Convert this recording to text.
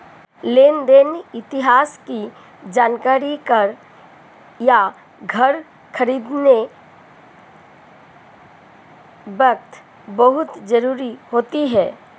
लेन देन इतिहास की जानकरी कार या घर खरीदते वक़्त बहुत जरुरी होती है